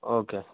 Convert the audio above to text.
okay